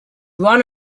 run